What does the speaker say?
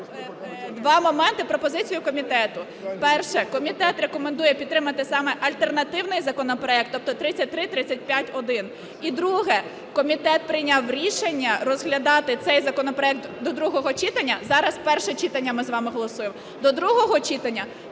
два моменти, пропозицію комітету. Перше. Комітет рекомендує підтримати саме альтернативний законопроект, тобто 3335-1. І друге. Комітет прийняв рішення розглядати цей законопроект до другого читання (зараз перше читання ми з вами голосуємо), до другого читання